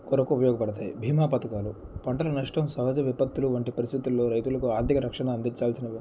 కొరకు ఉపయోగపడతాయి భీమా పథకాలు పంటలు నష్టం సహజ విపత్తులు వంటి పరిస్థితుల్లో రైతులకు ఆర్థిక రక్షణ అందించాల్సినవి